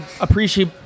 appreciate